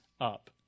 up